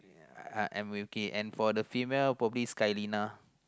I I am with Kay and for the female probably is Kylinea